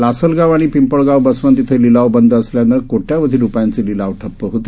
लासलगावआणिपिंपळगावबसवंतइथंलिलावबंदअसल्यानंकोट्यवधीरुपयांचेलिलावठप्पहोते